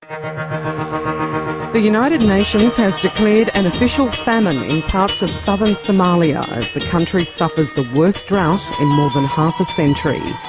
um the united nations has declared an official famine in parts of southern somalia, as the country suffers the worst drought in more than half a century.